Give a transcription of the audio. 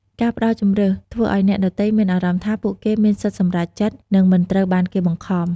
ការផ្តល់ជម្រើស ធ្វើឲ្យអ្នកដទៃមានអារម្មណ៍ថាពួកគេមានសិទ្ធិសម្រេចចិត្ត និងមិនត្រូវបានគេបង្ខំ។